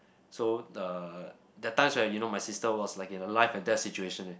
so the that times where you know my sister was like in a life and death situation eh